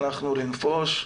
הלכנו לנפוש,